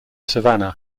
savannah